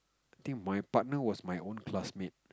think my partner was my own classmate